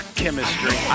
chemistry